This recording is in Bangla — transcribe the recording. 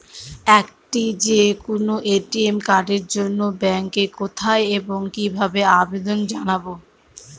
একটি যে কোনো এ.টি.এম কার্ডের জন্য ব্যাংকে কোথায় এবং কিভাবে আবেদন জানাব?